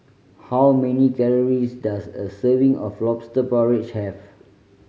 how many calories does a serving of Lobster Porridge have